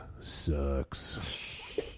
sucks